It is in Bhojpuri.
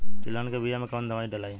तेलहन के बिया मे कवन दवाई डलाई?